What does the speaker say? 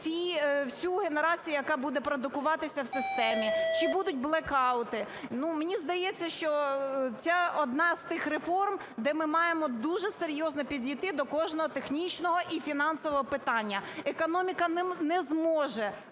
всю генерацію, яка буде продукуватися в системі? Чи будуть блекаути? Ну, мені здається, що це одна з тих реформ, де ми маємо дуже серйозно підійти до кожного технічного і фінансового питання. Економіка не зможе